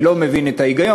אני לא מבין את ההיגיון.